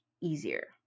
easier